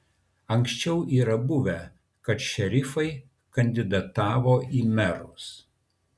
anksčiau yra buvę kad šerifai kandidatavo į merus